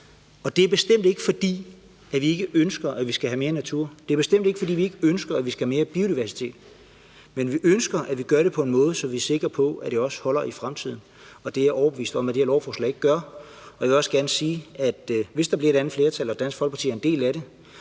det er bestemt ikke, fordi vi ikke ønsker, at vi skal have mere natur, og det er bestemt ikke, fordi vi ikke ønsker, at vi skal have mere biodiversitet, men vi ønsker, at vi gør det på en måde, så vi er sikre på, at det også holder i fremtiden. Det er jeg overbevist om at det her lovforslag ikke gør. Jeg vil også gerne sige, at hvis der bliver et andet flertal og Dansk Folkeparti er en del af det,